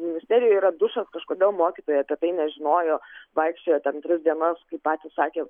ministerijoj yra dušas kažkodėl mokytojai apie tai nežinojo vaikščiojo ten tris dienas kai patys sakė